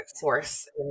force